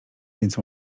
więc